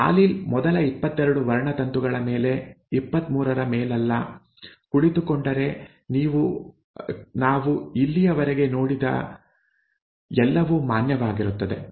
allele ಮೊದಲ 22 ವರ್ಣತಂತುಗಳ ಮೇಲೆ 23ರ ಮೇಲಲ್ಲ ಕುಳಿತುಕೊಂಡರೆ ನಾವು ಇಲ್ಲಿಯವರೆಗೆ ನೋಡಿದ ಎಲ್ಲವೂ ಮಾನ್ಯವಾಗಿರುತ್ತದೆ